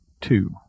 two